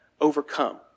overcome